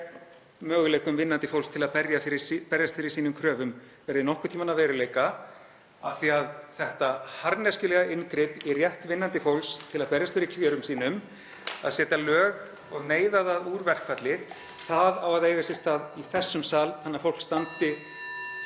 möguleikum vinnandi fólks til að berjast fyrir kröfum sínum, verði nokkurn tímann að veruleika af því að þetta harðneskjulega inngrip í rétt vinnandi fólks til að berjast fyrir kjörum sínum, að (Forseti hringir.) setja lög og neyða það úr verkfalli, á að eiga sér stað í þessum sal þannig að fólk